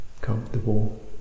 comfortable